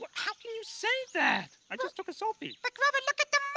but how can you say that? i just took a selfie. but grover look at the